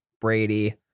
Brady